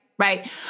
Right